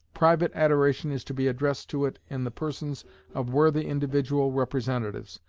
private adoration is to be addressed to it in the persons of worthy individual representatives,